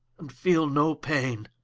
and feele no paine